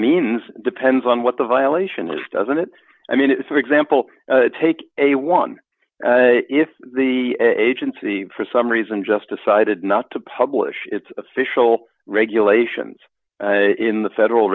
means depends on what the violation is doesn't it i mean it for example take a one if the agency for some reason just decided not to publish its official regulations in the federal